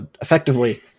effectively